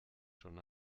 schon